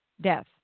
death